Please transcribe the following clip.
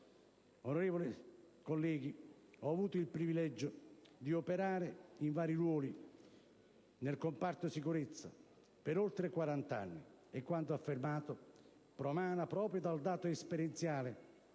Onorevoli colleghi, ho avuto il privilegio di operare in vari ruoli nel comparto Sicurezza per oltre quarant'anni, e quanto ho affermato promana proprio dal dato esperenziale